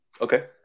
Okay